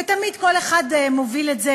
ותמיד כל אחד מוביל את זה,